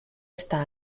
esta